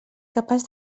capaç